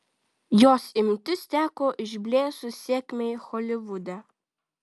jos imtis teko išblėsus sėkmei holivude